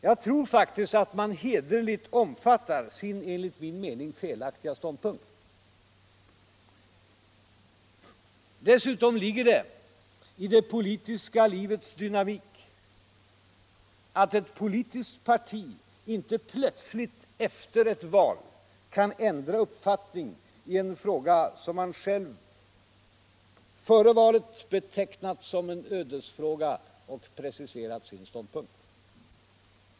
Jag tror faktiskt att den hederligt omfattar sin, enligt min mening, felaktiga ståndpunkt. Dessutom ligger det i det politiska livets dynamik att ett politiskt parti inte plötsligt efter ett val kan ändra uppfattning i en fråga som man själv före valet betecknat som en ödesfråga och i vilken man preciserat sina ståndpunkter.